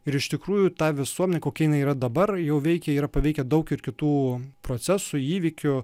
ir iš tikrųjų ta visuomenė kokia jinai yra dabar jau veikia yra paveikę daug ir kitų procesų įvykių